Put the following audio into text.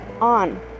on